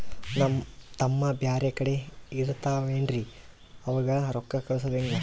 ನಮ್ ತಮ್ಮ ಬ್ಯಾರೆ ಕಡೆ ಇರತಾವೇನ್ರಿ ಅವಂಗ ರೋಕ್ಕ ಕಳಸದ ಹೆಂಗ?